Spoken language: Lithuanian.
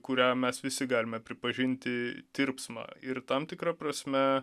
kurią mes visi galime pripažinti tirpsmą ir tam tikra prasme